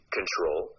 control